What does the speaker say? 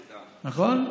אמרתי ראשונה ויחידה, נכון?